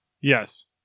Yes